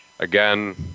Again